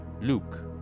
Luke